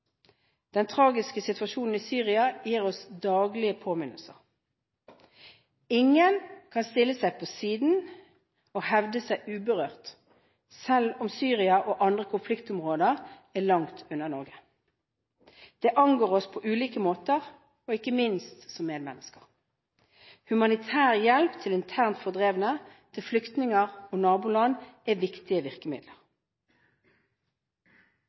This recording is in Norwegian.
Den tragiske situasjonen i Syria gir oss daglig påminnelser. Ingen kan stille seg på siden og hevde seg uberørt, selv om Syria og andre konfliktområder er langt unna Norge. Dette angår oss på ulike måter og ikke minst som medmennesker. Humanitær hjelp til internt fordrevne, flyktninger og naboland er viktige virkemidler.